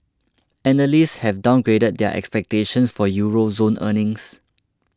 analysts have downgraded their expectations for Euro zone earnings